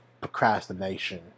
procrastination